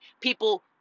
people